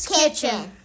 Kitchen